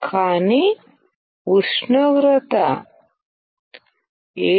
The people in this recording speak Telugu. కానీ ఉష్ణోగ్రత 700oC